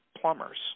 plumbers